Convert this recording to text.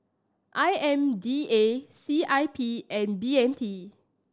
I M D A C I P and B M T